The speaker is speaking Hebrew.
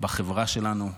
בחברה שלנו.